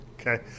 Okay